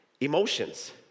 emotions